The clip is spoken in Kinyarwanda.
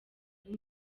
ari